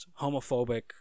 homophobic